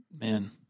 man